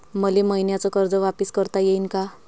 मले मईन्याचं कर्ज वापिस करता येईन का?